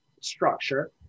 structure